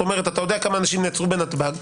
אתה יודע כמה נעצרו בנתב"ג,